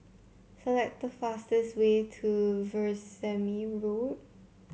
select the fastest way to Veerasamy Road